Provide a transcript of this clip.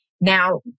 Now